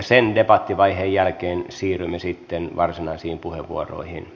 sen debattivaiheen jälkeen siirrymme sitten varsinaisiin puheenvuoroihin